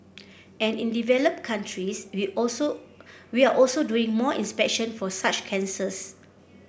and in developed countries we also we are also doing more inspection for such cancers